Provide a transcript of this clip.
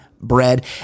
bread